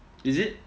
is it